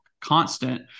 constant